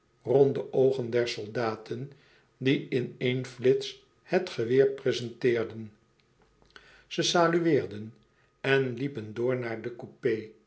de strakke ronde oogen der soldaten die in één flits het geweer prezenteerden ze salueerden en liepen door naar den coupé